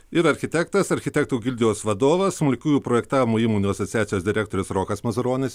ir architektas architektų gildijos vadovas smulkiųjų projektavimo įmonių asociacijos direktorius rokas mazuronis